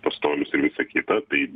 pastolius ir visa kita tai